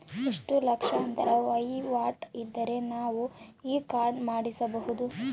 ಎಷ್ಟು ಲಕ್ಷಾಂತರ ವಹಿವಾಟು ಇದ್ದರೆ ನಾವು ಈ ಕಾರ್ಡ್ ಮಾಡಿಸಬಹುದು?